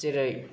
जेरै